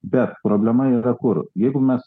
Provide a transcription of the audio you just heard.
bet problema yra kur jeigu mes